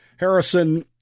Harrison